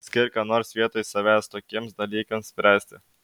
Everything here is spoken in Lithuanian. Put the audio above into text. skirk ką nors vietoj savęs tokiems dalykams spręsti